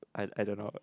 I I don't know